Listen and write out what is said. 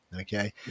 Okay